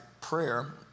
prayer